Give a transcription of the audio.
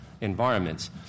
environments